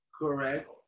correct